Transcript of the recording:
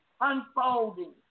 unfolding